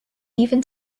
even